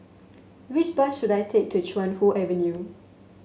which bus should I take to Chuan Hoe Avenue